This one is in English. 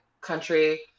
country